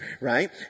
right